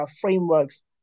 frameworks